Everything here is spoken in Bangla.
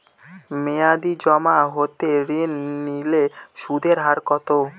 মেয়াদী জমা হতে ঋণ নিলে সুদের হার কত?